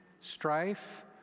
strife